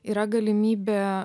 yra galimybė